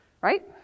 right